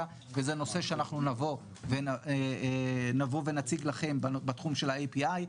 וזה נושא שאנחנו נבוא ונציג לכם בתחום של ה-API,